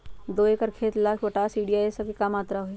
दो एकर खेत के ला पोटाश, यूरिया ये सब का मात्रा होई?